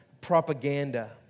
propaganda